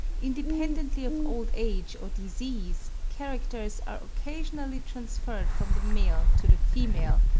independently of old age or disease, characters are occasionally transferred from the male to the female,